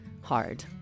hard